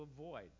avoid